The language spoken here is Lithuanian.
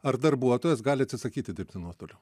ar darbuotojas gali atsisakyti dirbti nuotoliu